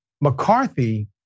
McCarthy